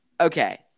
Okay